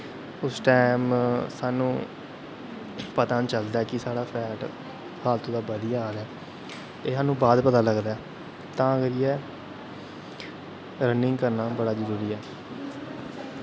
उस टैम सानूं पता निं चलदा कि साढ़ा फैट फालतू दा बधी जा दा ते सानूं बाद पता लग्गदा तां करियै रनिंग करना बड़ा जरूरी ऐ